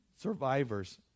survivors